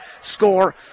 score